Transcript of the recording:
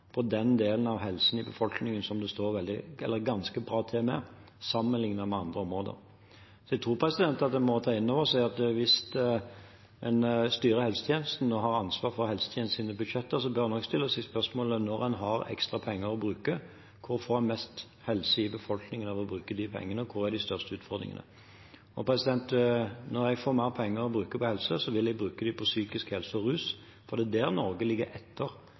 på den delen av helsen i befolkningen som det står ganske bra til med, sammenlignet med andre områder. Hvis en styrer helsetjenesten og har ansvaret for helsetjenestens budsjetter, tror jeg en må ta inn over seg og bør stille spørsmålet, når en har ekstra penger å bruke, hvor en får mest helse i befolkningen av å bruke de pengene, og hvor de største utfordringene er. Når jeg får mer penger å bruke på helse, vil jeg bruke dem på psykisk helse og rus, for det er der Norge ligger etter